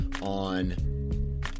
on